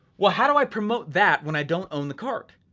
well, how do i promote that when i don't own the cart?